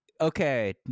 okay